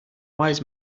wise